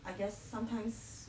I guess sometimes